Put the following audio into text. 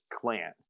clan